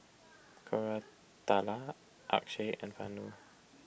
Koratala Akshay and Vanu